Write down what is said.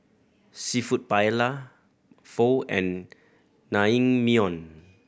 Seafood Paella Pho and Naengmyeon